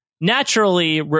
Naturally